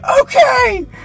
okay